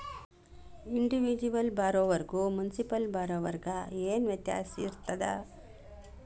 Individual ಬಾರೊವರ್ಗು municipal ಬಾರೊವರ್ಗ ಏನ್ ವ್ಯತ್ಯಾಸಿರ್ತದ?